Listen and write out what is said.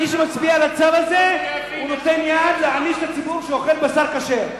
מי שמצביע בעד הצו הזה נותן יד להענשת הציבור שאוכל בשר כשר.